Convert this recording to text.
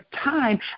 time